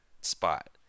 spot